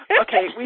Okay